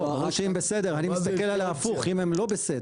לא, אני מסתכל על ההפוך, אם הם לא בסדר.